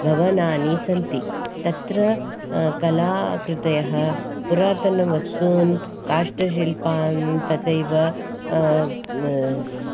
भवनानि सन्ति तत्र कलाकृतयः पुरातनवस्तून् काष्टशिल्पान् तथैव